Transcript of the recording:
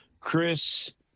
chris